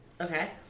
Okay